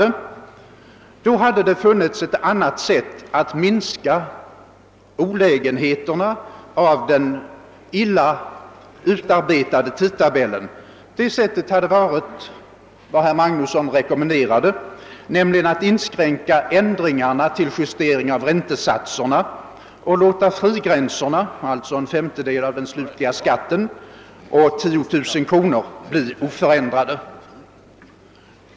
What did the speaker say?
Men då hade det funnits ett sätt att i varje fall minska olägenheterna av den illa utarbetade tidtabellen. Jag avser det sätt som herr Magnusson i Borås rekommenderade, nämligen att inskränka ändringarna till justering av räntesatserna och låta frigränserna, alltså en femtedel av den slutliga skatten eller 10 000 kronor bli oförändrade.